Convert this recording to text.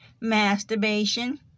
masturbation